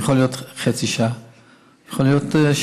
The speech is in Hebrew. יכול להיות חצי שעה ויכול להיות שנים.